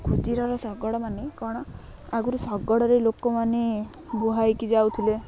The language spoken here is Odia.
ଖୁଦିରର ଶଗଡ଼ ମାନେ କ'ଣ ଆଗରୁ ଶଗଡ଼ରେ ଲୋକମାନେ ବୁହା ହେଇକି ଯାଉଥିଲେ